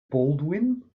baldwin